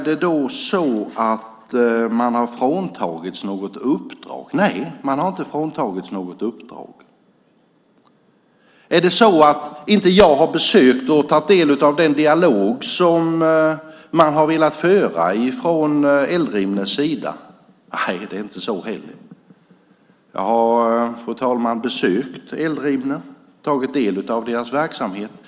Har man fråntagits något uppdrag? Nej, man har inte fråntagits något uppdrag. Är det så att jag inte har besökt Eldrimner och tagit del av den dialog som man har velat föra från Eldrimners sida? Nej, det är inte så heller. Jag har, fru talman, besökt Eldrimner och tagit del av verksamheten.